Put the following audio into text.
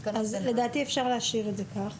אז לדעתי אפשר להשאיר את זה כך.